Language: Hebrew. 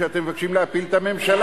אתם מבקשים להפיל את הממשלה.